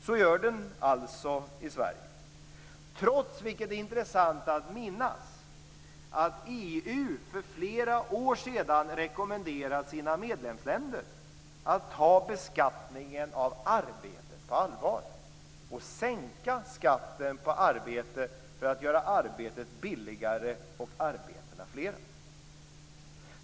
Så gör den alltså i Detta sker trots att, vilket är intressant att minnas, EU för flera år sedan rekommenderade sina medlemsländer att ta beskattningen av arbete på allvar och sänka skatten på arbete för att göra arbetet billigare och arbetena flera.